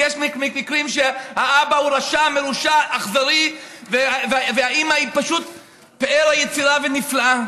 ויש מקרים שהאבא רשע ומרושע ואכזרי והאימא היא פשוט פאר היצירה ונפלאה.